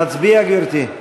נצביע, גברתי?